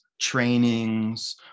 trainings